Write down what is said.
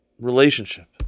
relationship